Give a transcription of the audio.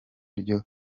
ryo